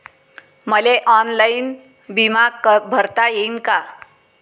मले ऑनलाईन बिमा भरता येईन का?